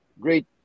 great